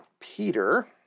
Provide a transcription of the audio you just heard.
Peter